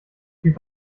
typ